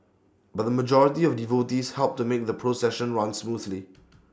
but the majority of devotees helped to make the procession run smoothly